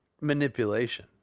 manipulation